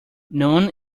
noone